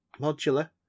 modular